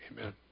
Amen